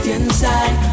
inside